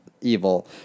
evil